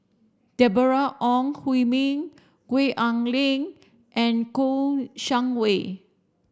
Deborah Ong Hui Min Gwee Ah Leng and Kouo Shang Wei